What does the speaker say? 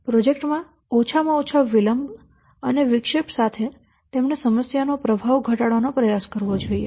project માં ઓછામાં ઓછા વિલંબ અને વિક્ષેપ સાથે તેણે સમસ્યાનો પ્રભાવ ઘટાડવાનો પ્રયાસ કરવો જોઈએ